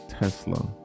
Tesla